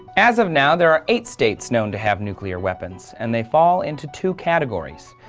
as of now, there are eight states known to have nuclear weapons. and they fall into two categories.